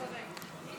צודק.